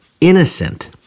innocent